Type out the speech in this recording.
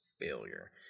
failure